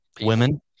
Women